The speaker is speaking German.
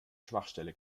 schwachstelle